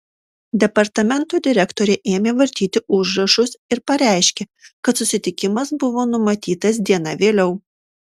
departamento direktorė ėmė vartyti užrašus ir pareiškė kad susitikimas buvo numatytas diena vėliau